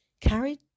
carried